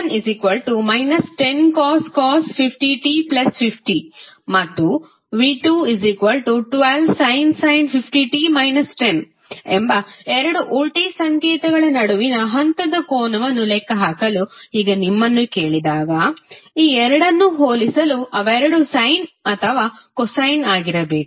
ಈಗ v1 10cos 50t50 ಮತ್ತು v212sin ಎಂಬ ಎರಡು ವೋಲ್ಟೇಜ್ ಸಂಕೇತಗಳ ನಡುವಿನ ಹಂತದ ಕೋನವನ್ನು ಲೆಕ್ಕಹಾಕಲು ಈಗ ನಿಮ್ಮನ್ನು ಕೇಳಿದಾಗ ಈ ಎರಡನ್ನು ಹೋಲಿಸಲು ಅವೆರಡೂ ಸಯ್ನ್ ಅಥವಾ ಕೊಸೈನ್ ಆಗಿರಬೇಕು